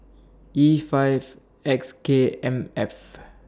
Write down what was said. E five X K M F